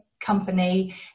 company